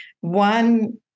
one